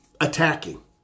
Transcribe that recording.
attacking